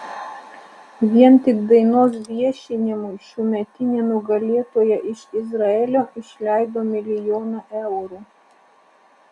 vien tik dainos viešinimui šiųmetinė nugalėtoja iš izraelio išleido milijoną eurų